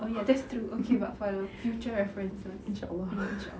oh ya that's true okay but for future references inshaallah